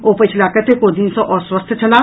ओ पछिला कतेको दिन सँ अस्वस्थ छलाह